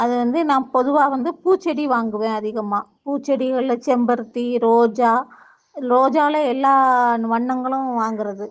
அதை வந்து நான் பொதுவாக வந்து பூச்செடி வாங்குவேன் அதிகமாக பூச்செடிகளில் செம்பருத்தி ரோஜா ரோஜாவில் எல்லா வண்ணங்களும் வாங்கிறது